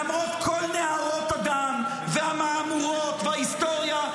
למרות כל נהרות הדם והמהמורות וההיסטוריה,